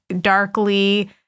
darkly